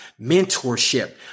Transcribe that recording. mentorship